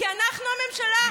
כי אנחנו הממשלה,